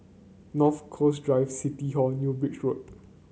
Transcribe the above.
North Coast Drive City Hall New Bridge Road